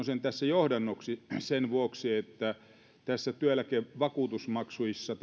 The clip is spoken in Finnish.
sen tässä johdannoksi sen vuoksi että tällä työeläkevakuutusmaksuissa